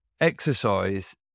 exercise